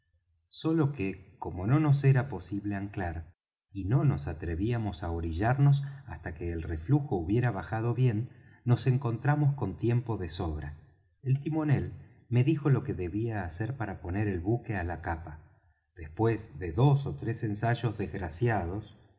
sólo que como no nos era posible anclar y no nos atrevíamos á orillarnos hasta que el reflujo hubiera bajado bien nos encontramos con tiempo de sobra el timonel me dijo lo que debía hacer para poner el buque á la capa después de dos ó tres ensayos desgraciados